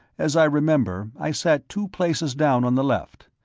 as i remember, i sat two places down on the left.